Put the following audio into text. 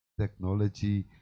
technology